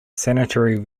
sanitary